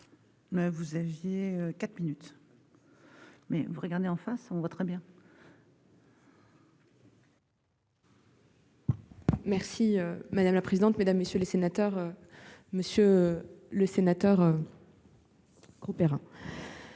vous aviez 4 minutes mais vous regarder en face, on voit très bien. Merci madame la présidente, mesdames, messieurs les sénateurs, Monsieur le Sénateur coopérants.